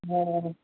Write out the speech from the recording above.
हा